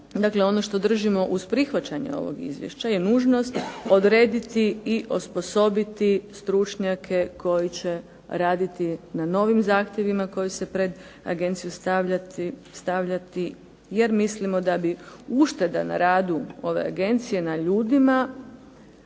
Dakle, ono što držimo uz prihvaćenje ovog izvješća je nužnost odrediti i osposobiti stručnjake koji će raditi na novim zahtjevima koji se pred agenciju stavljaju jer mislimo da bi ušteda na radu ove agencije, na ljudima,